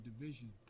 division